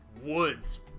woods